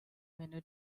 menu